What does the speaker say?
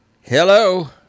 hello